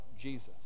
Jesus